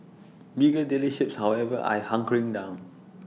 bigger dealerships however I hunkering down